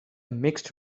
mixed